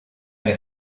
est